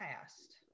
past